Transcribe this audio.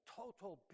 total